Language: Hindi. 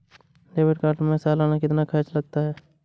डेबिट कार्ड में सालाना कितना खर्च लगता है?